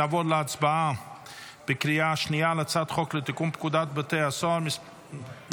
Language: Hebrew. נעבור להצבעה בקריאה שנייה על הצעת חוק לתיקון פקודת בתי הסוהר (מס'